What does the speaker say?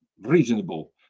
reasonable